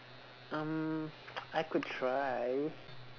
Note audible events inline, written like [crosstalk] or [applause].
um [noise] I could try